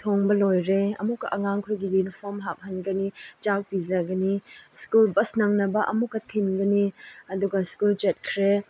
ꯊꯣꯡꯕ ꯂꯣꯏꯔꯦ ꯑꯃꯨꯛꯀ ꯑꯉꯥꯡꯈꯣꯏꯒꯤ ꯌꯨꯅꯤꯐꯣꯔꯝ ꯍꯥꯞꯍꯟꯒꯅꯤ ꯆꯥꯛ ꯄꯤꯖꯒꯅꯤ ꯁ꯭ꯀꯨꯜ ꯕꯁ ꯅꯪꯅꯕ ꯑꯃꯨꯛꯀ ꯊꯤꯟꯒꯅꯤ ꯑꯗꯨꯒ ꯁ꯭ꯀꯨꯜ ꯆꯠꯈ꯭ꯔꯦ